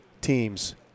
teams